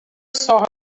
saw